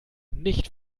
nicht